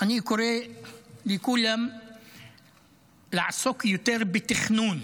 אני קורא לכולם לעסוק יותר בתכנון.